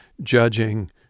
judging